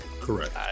correct